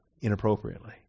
inappropriately